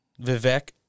Vivek